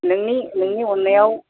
नोंनि अननायाव